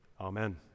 Amen